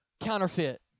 Counterfeit